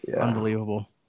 unbelievable